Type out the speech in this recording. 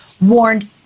warned